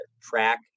track